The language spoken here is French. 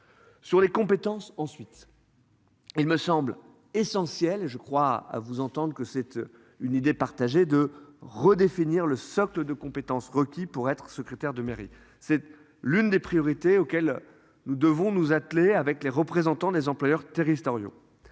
Sur les compétences ensuite. Il me semble essentiel, je crois, à vous entendre que cette une idée partagée de redéfinir le socle de compétences requis pour être secrétaire de mairie. C'est l'une des priorités auxquelles nous devons nous atteler avec les représentants des employeurs territoriaux